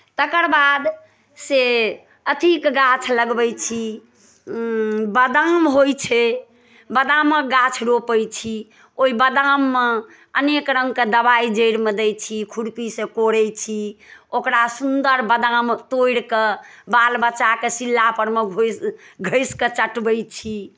तकर बाद से अथिके गाछ लगबै छी बादाम होइ छै बादामक गाछ रोपै छी ओहि बादाममे अनेक रङ्गके दवाइ जड़िमे दै छी खुरपी से कोरै छी ओकरा सुन्दर बादाम तोड़ि कऽ बाल बच्चाकेँ सिल्लापर मे घोसि घँसि कऽ चटबै छी